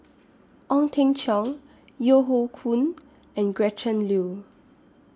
Ong Teng Cheong Yeo Hoe Koon and Gretchen Liu